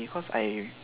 because I